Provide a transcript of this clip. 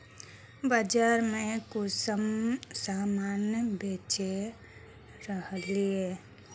बाजार में कुंसम सामान बेच रहली?